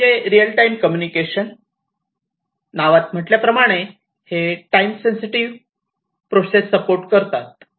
दुसरे म्हणजे real time communication नावात म्हटल्याप्रमाणे हे टाईम सेन्सिटिव्ह प्रोसेस सपोर्ट करतो